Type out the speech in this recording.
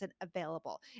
available